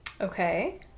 okay